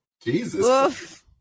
Jesus